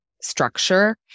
structure